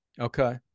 Okay